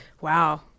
Wow